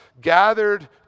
gathered